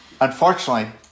unfortunately